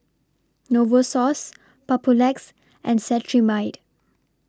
Novosource Papulex and Cetrimide